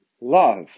love